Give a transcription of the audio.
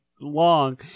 long